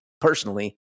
personally